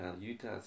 Utah